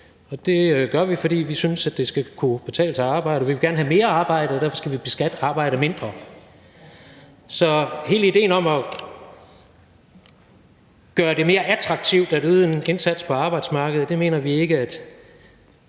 og det gør vi, fordi vi synes, at det skal kunne betale sig at arbejde. Vi vil gerne have mere arbejde, og derfor skal vi beskatte arbejde mindre. Så hele idéen om at gøre det mere attraktivt at yde en indsats på arbejdsmarkedet mener vi ikke –